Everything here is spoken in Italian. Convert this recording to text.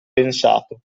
pensato